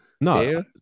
No